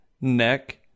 neck